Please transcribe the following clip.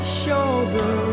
shoulder